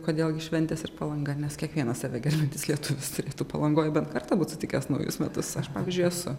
kodėl gi šventės ir palanga nes kiekvienas save gerbiantis lietuvis turėtų palangoj bent kartą būt sutikęs naujus metus aš pavyzdžiui esu